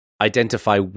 identify